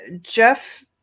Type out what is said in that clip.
Jeff